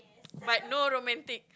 but no romantic